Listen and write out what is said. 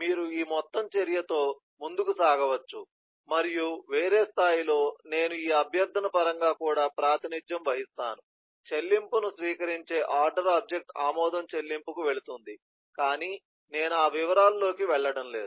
మీరు ఈ మొత్తం చర్య తో ముందుకు సాగవచ్చు మరియు వేరే స్థాయిలో నేను ఈ అభ్యర్థన పరంగా కూడా ప్రాతినిధ్యం వహిస్తాను చెల్లింపును స్వీకరించే ఆర్డర్ ఆబ్జెక్ట్ ఆమోదం చెల్లింపుకు వెళుతుంది కాని నేను ఆ వివరాలలోకి వెళ్లడం లేదు